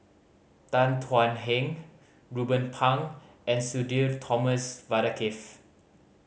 Tan Thuan Heng Ruben Pang and Sudhir Thomas Vadaketh